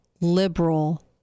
liberal